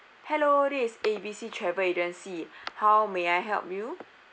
hello this is A B C travel agency how may I help you